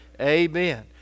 Amen